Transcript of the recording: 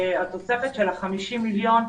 התוספת של ה-50 מיליון שקלים,